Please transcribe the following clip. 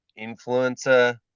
influencer